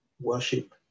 worship